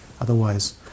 Otherwise